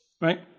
right